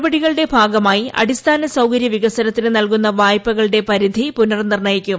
നടപടികളുടെ ഭാഗമായി അടിസ്ഥാന സൌകര്യ വികസനത്തിന് നൽകുന്ന വായ്പകളുടെ പരിധി പുനർ നിർണ്ണയിക്കും